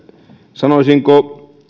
sanoisinko